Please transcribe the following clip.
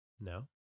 No